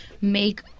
make